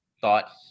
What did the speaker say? thought